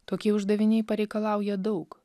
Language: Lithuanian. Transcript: tokie uždaviniai pareikalauja daug